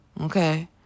okay